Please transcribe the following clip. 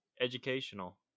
educational